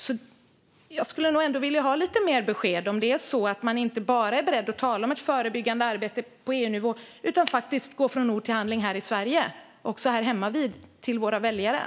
Därför vill jag nog ändå ha lite mer besked till våra väljare: Är man beredd att inte bara tala om ett förebyggande arbete på EU-nivå utan faktiskt gå från ord till handling också här i Sverige, hemmavid?